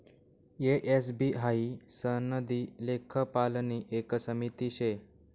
ए, S, B हाई सनदी लेखापालनी एक समिती शे